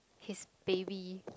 his baby